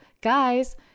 guys